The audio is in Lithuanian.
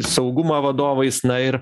saugumą vadovais na ir